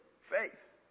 faith